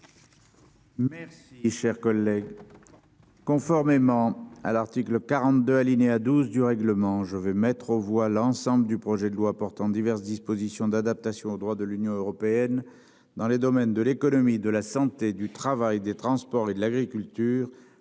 Merci cher collègue. Conformément à l'article 42 alinéa 12 du règlement, je vais mettre aux voix l'ensemble du projet de loi portant diverses dispositions d'adaptation au droit de l'Union européenne dans les domaines de l'économie de la santé, du travail des transports et de l'agriculture